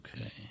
Okay